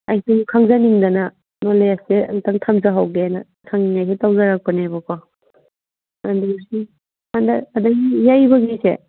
ꯑꯩ ꯁꯨꯝ ꯈꯪꯖꯅꯤꯡꯗꯅ ꯅꯣꯂꯦꯖꯁꯦ ꯑꯝꯇꯪ ꯊꯝꯖꯍꯧꯒꯦꯅ ꯁꯪꯂꯤꯉꯩꯁꯤꯗ ꯇꯧꯖꯔꯛꯄꯅꯦꯕꯀꯣ ꯑꯗꯒꯤ ꯍꯟꯗꯛ ꯑꯗꯨꯝ ꯌꯩꯕꯒꯤꯁꯦ